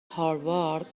هاروارد